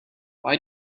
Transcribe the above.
why